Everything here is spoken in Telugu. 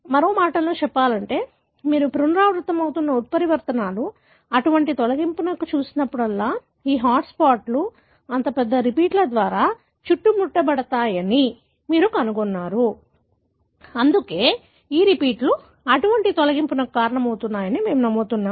మరో మాటలో చెప్పాలంటే మీరు పునరావృతమవుతున్న ఉత్పరివర్తనలు అటువంటి తొలగింపులను చూసినప్పుడల్లా ఈ హాట్స్పాట్లు అంత పెద్ద రిపీట్ల ద్వారా చుట్టుముట్టబడ్డాయని మీరు కనుగొన్నారు అందుకే ఈ రిపీట్లు అటువంటి తొలగింపుకు కారణమవుతాయని మేము నమ్ముతున్నాము